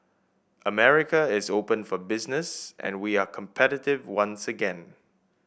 America is open for business and we are competitive once again